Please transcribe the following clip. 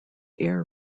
air